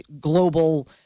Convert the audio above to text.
global